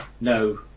no